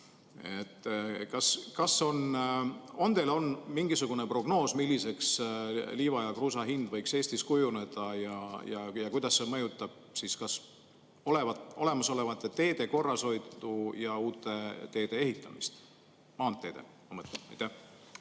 Kas teil on mingisugune prognoos, milliseks liiva ja kruusa hind võiks Eestis kujuneda, ja kuidas see mõjutab olemasolevate teede korrashoidu ja uute maanteede ehitamist? Taavi Aas,